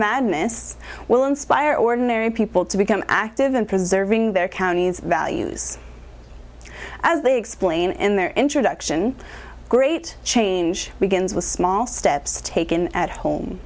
madness will inspire ordinary people to become active in preserving their county's values as they explain in their introduction great change begins with small steps taken at home